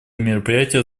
мероприятие